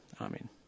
Amen